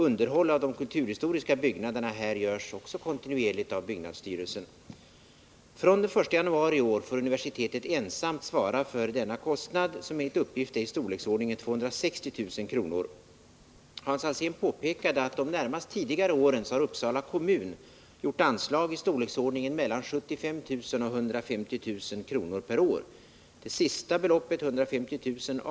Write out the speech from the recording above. Underhåll av de kulturhistoriska byggnaderna här görs också kontinuerligt av byggnadsstyrelsen. fr.o.m. den 1 januari i år får universitetet ensamt svara för denna kostnad, som enligt uppgift är i storleksordningen 260 000 kr. Hans Alsén påpekade att Uppsala kommun de närmast föregående åren beviljat anslag på mellan 75 000 och 150 000 kr. per år. Det sistnämnda beloppet — 150 000 kr.